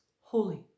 holy